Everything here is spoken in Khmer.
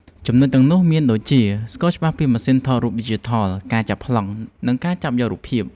ចំណុចទាំងនោះ មានដូចជា ស្គាល់ច្បាស់ពីម៉ាសុីនថតរូបឌីជីថល ការចាប់ប្លង់ និងការចាប់យករូបភាព។